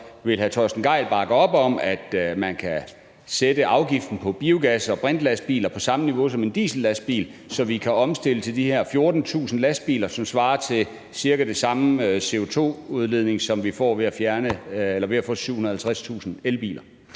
Vil hr. Torsten Gejl bakke op om, at man kan sætte afgiften på biogas- og brintlastbiler på samme niveau som en diesellastbil, så vi kan omstille de her 14.000 lastbiler, som giver cirka den samme CO2-udledning, som vi får ved 750.000 elbiler?